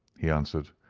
he answered.